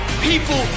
people